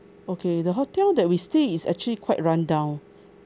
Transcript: okay the hotel that we stay is actually quite run down